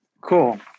Cool